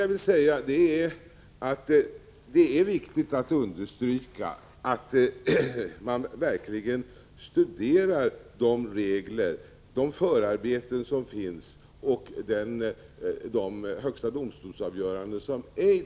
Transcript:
Jag vill vidare säga att det är viktigt att understryka att man verkligen måste studera de regler och förarbeten som finns liksom de avgöranden i högsta domstolen som förekommit.